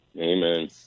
Amen